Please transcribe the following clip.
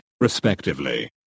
respectively